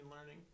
learning